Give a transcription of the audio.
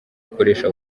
ukoresha